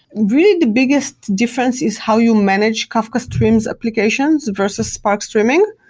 really, the biggest difference is how you manage kafka streams applications versus spark streaming.